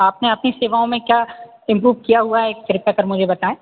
आपने अपनी सेवाओं में क्या इम्प्रूव किया हुआ है कृपया कर मुझे बताएँ